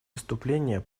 выступление